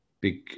big